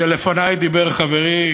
ולפני דיבר חברי